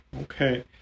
Okay